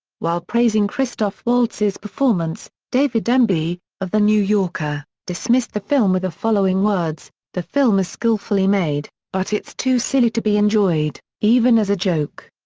while praising christoph waltz's performance, david denby, of the new yorker, dismissed the film with the following words the film is skillfully made, but it's too silly to be enjoyed, even as a joke.